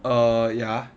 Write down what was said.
err ya